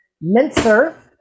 mincer